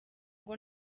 ngo